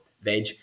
veg